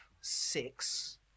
six